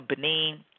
Benin